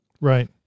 right